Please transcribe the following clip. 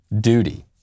duty